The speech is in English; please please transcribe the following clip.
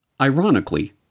ironically